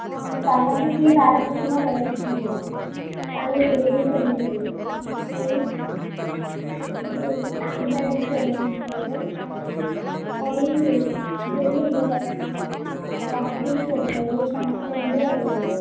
తలనొప్పికి paracetamol వేసుకున్న కానీ relief ఏమీ లేదు యాంటీబయాటిక్స్ యాంటీబయాటిక్స్ అవి వేసుకోలేదు ఓన్లీ జెల్ ఉంది జ వామిటింగ్స్ ఏమీ లేవు స్టమక్ పెయిన్ కూడా ఏమి లేవు